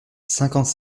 cinquante